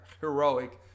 heroic